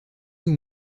nous